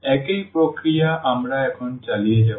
একই প্রক্রিয়া আমরা এখন চালিয়ে যাব